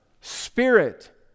Spirit